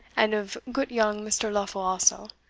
and of goot young mr. lofel also,